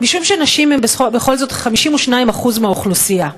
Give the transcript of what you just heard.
משום שנשים הן בכל זאת 52% מהאוכלוסייה,